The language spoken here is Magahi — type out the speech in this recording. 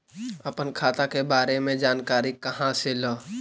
अपन खाता के बारे मे जानकारी कहा से ल?